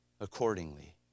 accordingly